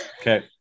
Okay